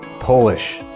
polish.